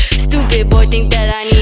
stupid boy think that i